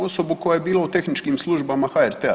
Osobu koja je bila u tehničkim službama HRT-a.